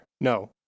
No